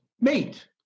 mate